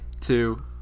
two